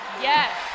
Yes